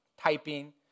typing